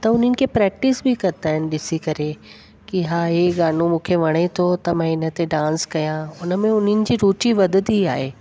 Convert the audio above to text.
त उन्हनि खे प्रैक्टिस बि कंदा आहिनि ॾिसी करे कि हा इहा गानो मूंखे वणे थो त मां हिन ते डांस कया हुनमें उन्हनि जी रुचि वधंदी आहे